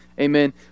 amen